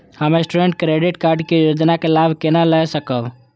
हम student credit card के योजना के लाभ केना लय सकब?